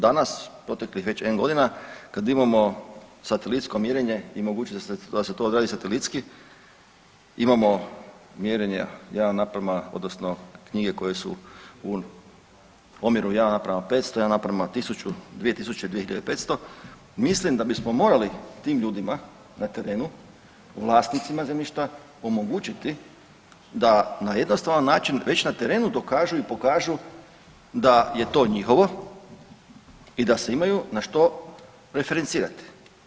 Danas, proteklih već N godina kad imamo satelitsko mjerenje i mogućnost da se to odradi satelitski imamo mjerenja jedan naprema odnosno knjige koje su u omjeru 1:500, 1:1000, 2000, 2500, mislim da bismo morali tim ljudima na terenu, vlasnicima zemljišta omogućiti da na jednostavan način već na terenu dokažu i pokažu da je to njihovo i da se imaju na što referencirati.